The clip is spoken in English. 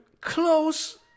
Close